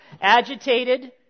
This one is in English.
Agitated